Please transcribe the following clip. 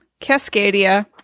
Cascadia